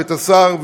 ואת השר,